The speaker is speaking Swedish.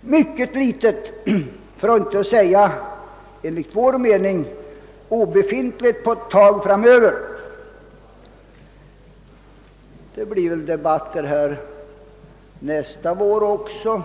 mycket begränsat för att inte säga obefintligt — i varje fall enligt min mening — ett tag framöver. Det blir väl debatter härom nästa vår också.